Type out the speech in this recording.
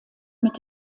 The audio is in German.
mit